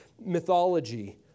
mythology